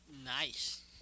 Nice